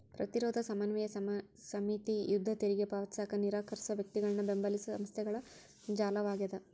ಪ್ರತಿರೋಧ ಸಮನ್ವಯ ಸಮಿತಿ ಯುದ್ಧ ತೆರಿಗೆ ಪಾವತಿಸಕ ನಿರಾಕರ್ಸೋ ವ್ಯಕ್ತಿಗಳನ್ನ ಬೆಂಬಲಿಸೊ ಸಂಸ್ಥೆಗಳ ಜಾಲವಾಗ್ಯದ